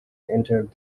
entered